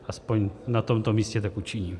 Aspoň na tomto místě tak učiním.